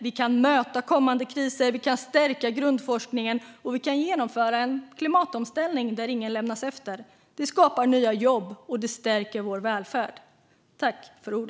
Vi kan möta kommande kriser, vi kan stärka grundforskningen och vi kan genomföra en klimatomställning där ingen lämnas efter. Det skapar nya jobb, och det stärker vår välfärd.